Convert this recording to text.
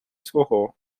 свого